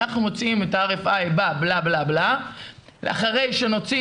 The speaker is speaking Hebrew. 'אנחנו מוציאים את ה- RFIב- -- ואחרי שנוציא